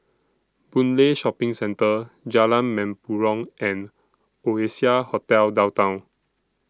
Boon Lay Shopping Centre Jalan Mempurong and Oasia Hotel Downtown